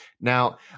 Now